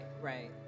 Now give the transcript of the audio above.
Right